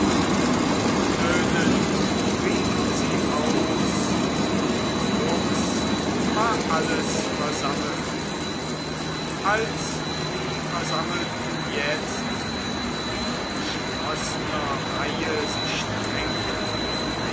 tönend riefen sie aus und flugs war alles versammelt als die versammelten jetzt in geschlossener reihe sich drängten